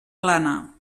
plana